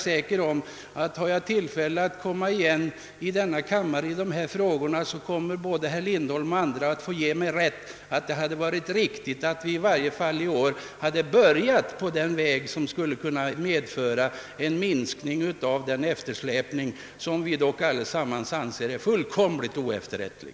Får jag tillfälle att komma igen i dessa frågor här i kammaren, är jag säker på att herr Lindholm och andra kommer att ge mig rätt i att det hade varit riktigt att vi i år hade slagit in på en väg som kunde leda till en minskning av den eftersläpning inom patentverket som vi alla anser oefterrättlig.